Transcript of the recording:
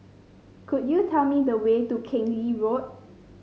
could you tell me the way to Keng Lee Road